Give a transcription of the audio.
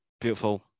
beautiful